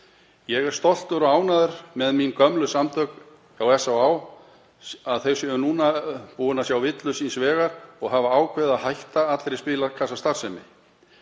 Ég er stoltur og ánægður með mín gömlu samtök, SÁÁ, að þau séu nú búin að sjá villu síns vegar og hafi ákveðið að hætta allri spilakassastarfsemi.